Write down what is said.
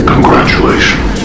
Congratulations